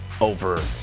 Over